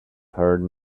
heard